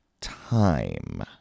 time